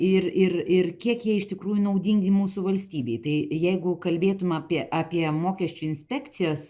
ir ir ir kiek jie iš tikrųjų naudingi mūsų valstybei tai jeigu kalbėtume apie apie mokesčių inspekcijos